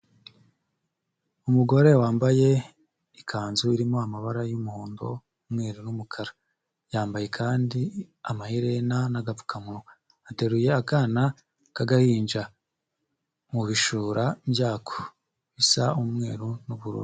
Umugore wambaye ikanzu irimo amabara y'umuhondo, umweru n'umukara. Yambaye kandi amaherena n'agapfukamunwa. Ateruye akana k'agahinja mu bishura byako, bisa umweru n'ubururu.